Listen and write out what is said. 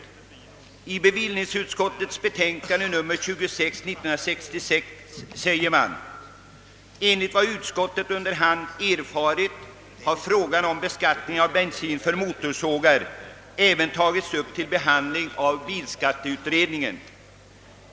Under hänvisning till bilskatteutredningens uppdrag sade bevillningsutskottet i sitt utlåtande nr 26 år 1966: »Enligt vad utskottet under hand erfarit har frågan om beskattningen av bensin för motorsågar även tagits upp till behandling av utredningen ...